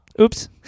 Oops